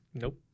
Nope